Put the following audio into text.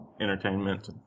entertainment